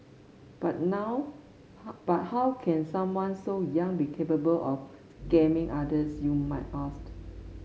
but now how but how can someone so young be capable of scamming others you might ask